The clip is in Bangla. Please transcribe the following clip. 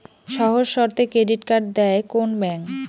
সহজ শর্তে ক্রেডিট কার্ড দেয় কোন ব্যাংক?